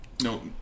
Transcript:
No